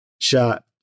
Shot